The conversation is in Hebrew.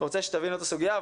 רוצה שתבינו את הסוגיה.